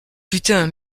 putain